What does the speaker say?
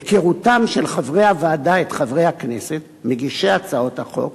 היכרותם של חברי הוועדה עם חברי הכנסת מגישי הצעות החוק